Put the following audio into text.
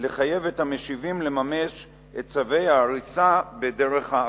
לחייב את המשיבים לממש את צווי ההריסה בדרך האבות".